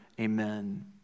Amen